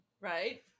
Right